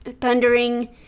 thundering